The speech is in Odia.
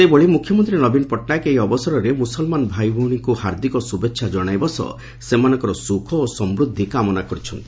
ସେହିଭଳି ମୁଖ୍ୟମନ୍ତୀ ନବୀନ ପଟ୍ଟନାୟକ ଏହି ଅବସରରେ ମୁସଲମାନ ଭାଇ ଓ ଭଉଣୀମାନଙ୍କୁ ହାର୍ଦିକ ଶୁଭେଛା ଜଣାଇବା ସହ ସେମାନଙ୍କର ସୁଖ ଓ ସମୃଦ୍ଧି କାମନା କରିଛନ୍ତି